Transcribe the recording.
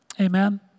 Amen